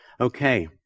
Okay